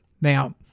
Now